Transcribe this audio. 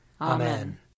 Amen